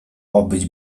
obyć